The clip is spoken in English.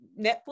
Netflix